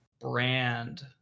brand